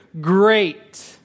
great